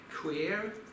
queer